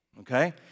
Okay